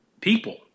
people